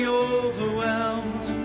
overwhelmed